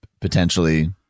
potentially